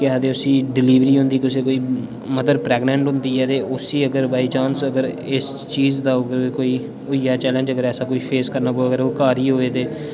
केह् आखदे उसी डिलीवरी होंदी कुसै कोई मदर प्रेगनेंट होन्दी ऐ ते उसी अगर बाई चांस अगर इस चीज़ दा कोई होइया चैलेंज अगर ऐसा कोई फेस करना प'वै ते ओह् घर ई होवै ते